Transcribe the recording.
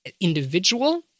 individual